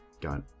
got